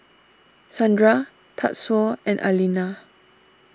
Sandra Tatsuo and Alena